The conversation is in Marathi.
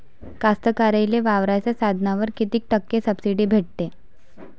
कास्तकाराइले वावराच्या साधनावर कीती टक्के सब्सिडी भेटते?